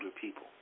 people